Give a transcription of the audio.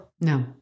No